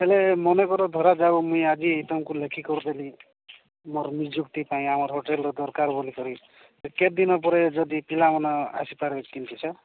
ହେଲେ ମନେକର ଧରାଯାାଉ ମୁଇଁ ଆଜି ତୁମକୁ ଲେଖିକରି ଦେଲି ମୋର ନିଯୁକ୍ତି ପାଇଁ ଆମର ହୋଟେଲର ଦରକାର ବୋଲିକିରି କେତେ ଦିନ ପରେ ଯଦି ପିଲାମାନେ ଆସିପାରିବେ କେମିତି ସାର୍